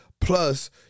Plus